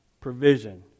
provision